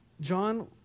John